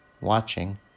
watching